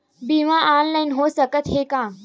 बीमा ऑनलाइन हो सकत हे का?